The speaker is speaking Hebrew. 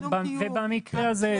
זה צריך להיות מקבל תשלום קיום.